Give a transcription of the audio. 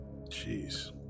Jeez